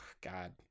God